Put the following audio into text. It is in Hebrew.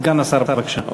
סגן השר, בבקשה.